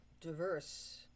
diverse